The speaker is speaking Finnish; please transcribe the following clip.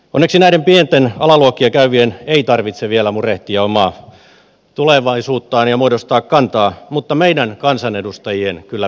onneksi näiden pienten alaluokkia käyvien ei tarvitse vielä murehtia omaa tulevaisuuttaan ja muodostaa kantaa mutta meidän kansanedustajien kyllä pitää